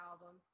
album